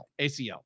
ACL